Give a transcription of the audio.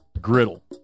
Griddle